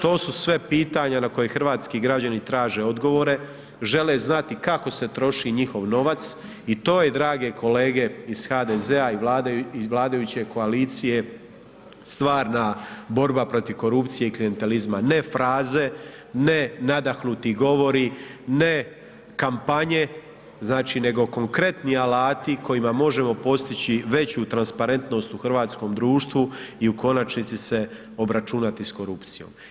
To su sve pitanja na koja hrvatski građani traže odgovore, žele znati kako se troši njihov novac i to je drage kolege iz HDZ-a i vladajuće koalicije stvarna borba protiv korupcije i klijentelizma, ne fraze, ne nadahnuti govori, ne kampanje, znači nego konkretni alati kojima možemo postići veću transparentnost u hrvatskom društvu i u konačnici se obračunati s korupcijom.